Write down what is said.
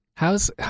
How's